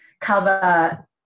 cover